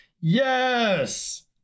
Yes